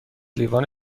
لیوان